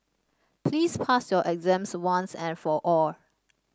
please pass your exams once and for all